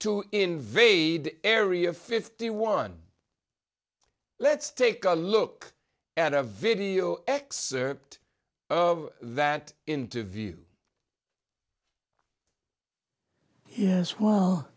to invade area fifty one let's take a look at a video excerpt of that interview yes w